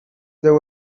there